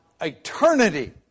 eternity